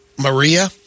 Maria